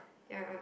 ya